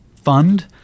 fund